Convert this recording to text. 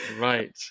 Right